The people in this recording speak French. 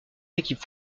équipes